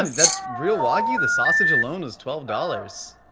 um that's real wagyu, the sausage alone is twelve dollars.